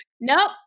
nope